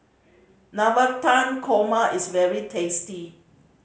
Navratan Korma is very tasty